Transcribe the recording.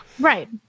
Right